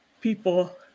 people